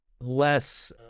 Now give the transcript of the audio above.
less